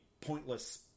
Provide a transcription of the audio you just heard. pointless